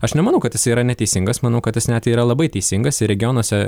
aš nemanau kad jis yra neteisingas manau kad tas net yra labai teisingas ir regionuose